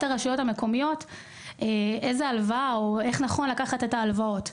הרשויות המקומיות איזו הלוואה או איך נכון לקחת את ההלוואות.